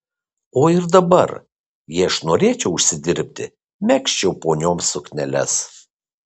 o ir dabar jei aš norėčiau užsidirbti megzčiau ponioms sukneles